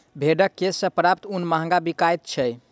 भेंड़क केश सॅ प्राप्त ऊन महग बिकाइत छै